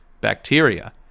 bacteria